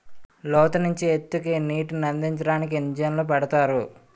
లోతు నుంచి ఎత్తుకి నీటినందించడానికి ఇంజన్లు పెడతారు